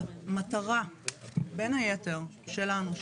המטרה בין היתר שלנו,